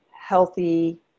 healthy